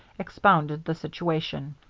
expounded the situation.